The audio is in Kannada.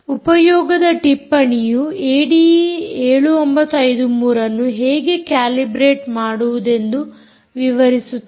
ಉಪಯೋಗದ ಟಿಪ್ಪಣಿಯು ಏಡಿಈ7953ಅನ್ನು ಹೇಗೆ ಕ್ಯಾಲಿಬ್ರೇಟ್ ಮಾಡುವುದೆಂದು ವಿವರಿಸುತ್ತದೆ